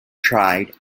tried